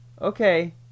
okay